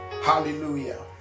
Hallelujah